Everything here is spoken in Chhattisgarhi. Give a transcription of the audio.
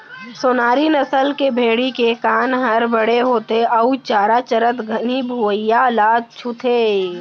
सोनारी नसल के भेड़ी के कान हर बड़े होथे अउ चारा चरत घनी भुइयां ल छूथे